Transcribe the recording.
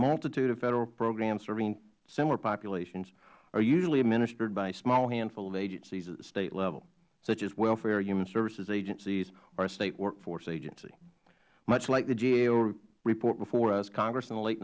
multitude of federal programs serving similar populations are usually administered by a small handful of agencies at the state level such as welfare human services agencies or state workforce agencies much like the gao report before us congress in the late